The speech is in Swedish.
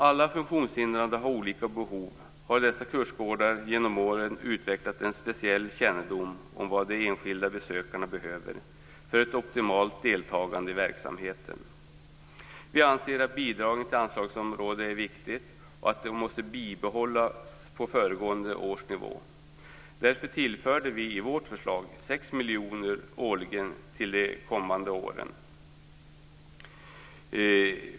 Alla funktionshindrade har olika behov, och dessa kursgårdar har genom åren utvecklat en speciell kännedom om vad de enskilda besökarna behöver för ett optimalt deltagande i verksamheten. Vi anser att bidragen till anslagsområdet är viktigt och att de måste bibehållas på föregående års nivå. Därför tillförde vi i vårt förslag 6 miljoner kronor årligen för de kommande åren.